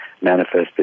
manifested